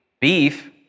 beef